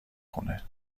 خونه